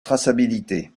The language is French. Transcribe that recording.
traçabilité